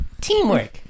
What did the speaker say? Teamwork